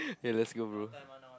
hey let's go bro